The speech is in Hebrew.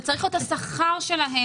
זה צריך להיות השכר שלהם,